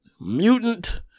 Mutant